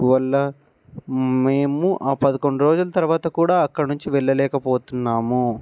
వల్ల మేము ఆ పదకొండు రోజుల తర్వాత కూడా అక్కడి నుంచి వెళ్లలేకపోతున్నాము